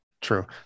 true